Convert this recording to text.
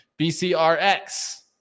BCRX